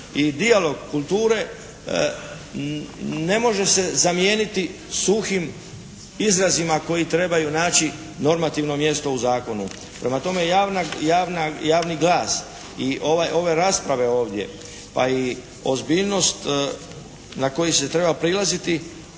i dijalog kulture ne može se zamijeniti suhim izrazima koji trebaju naći normativno mjesto u zakonu. Prema tome javna, javni glas i ove rasprave ovdje pa i ozbiljnost na koji se treba prilaziti